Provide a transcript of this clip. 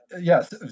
yes